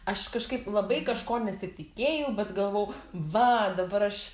aš kažkaip labai kažko nesitikėjau bet galvojau va dabar aš